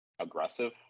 aggressive